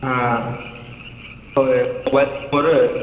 हां होय मोबाईल पोरं